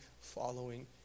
following